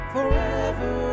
Forever